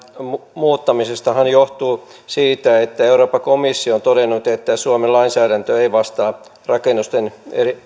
muuttamisestahan johtuu siitä että euroopan komissio on todennut että suomen lainsäädäntö ei vastaa rakennusten